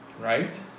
right